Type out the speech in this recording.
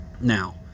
Now